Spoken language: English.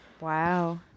wow